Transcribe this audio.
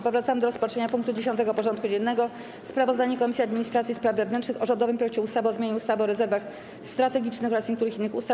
Powracamy do rozpatrzenia punktu 10. porządku dziennego: Sprawozdanie Komisji Administracji i Spraw Wewnętrznych o rządowym projekcie ustawy o zmianie ustawy o rezerwach strategicznych oraz niektórych innych ustaw.